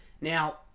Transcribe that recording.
Now